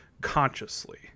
consciously